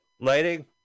Lighting